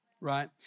right